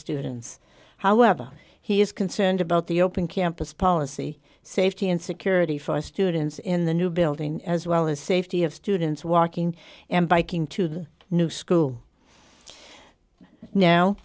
students however he is concerned about the open campus policy safety and security for students in the new building as well as safety of students walking and biking to the new school now